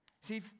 See